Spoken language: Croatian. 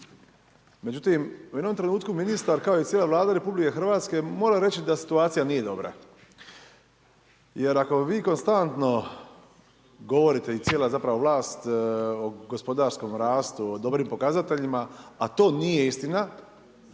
Međutim, u jednom trenutku ministar kao i cijela Vlada RH mora reći da situacija nije dobra. Jer ako vi konstantno govorite i cijela zapravo vlast o gospodarskom rastu, o dobrim pokazateljima, a to nije istina